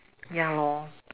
ya lor